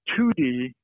2D